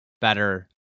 better